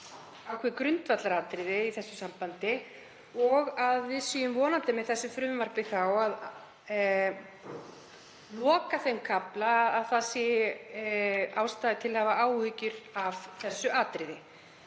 ákveðið grundvallaratriði í þessu sambandi. Við erum vonandi með þessu frumvarpi að loka þeim kafla að ástæða sé til að hafa áhyggjur af þessu atriði.